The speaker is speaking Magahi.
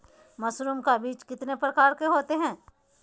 मशरूम का बीज कितने प्रकार के होते है?